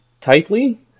tightly